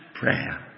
prayer